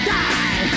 die